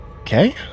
Okay